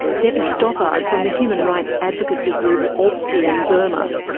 debbie stothard from the human rights advocacy group altsean-burma.